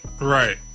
Right